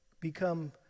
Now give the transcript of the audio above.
become